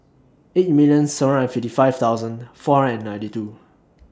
eight million seven hundred and fifty five thousand four hundred and ninety two